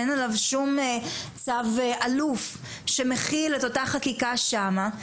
אין עליו שום צו אלוף שמכיל את אותה חקיקה שמה.